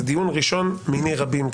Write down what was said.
זה דיון ראשון מני רבים.